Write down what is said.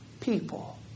people